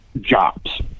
jobs